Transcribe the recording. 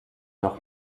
noch